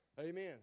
Amen